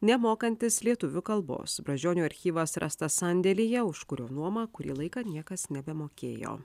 nemokantis lietuvių kalbos brazdžionio archyvas rastas sandėlyje už kurio nuomą kurį laiką niekas nebemokėjo